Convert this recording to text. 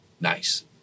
Nice